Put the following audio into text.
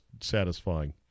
satisfying